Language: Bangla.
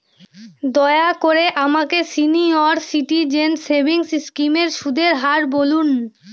দয়া করে আমাকে সিনিয়র সিটিজেন সেভিংস স্কিমের সুদের হার বলুন